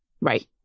Right